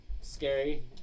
scary